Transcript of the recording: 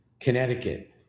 Connecticut